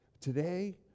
Today